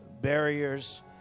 barriers